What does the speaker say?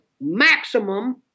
maximum